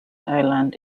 island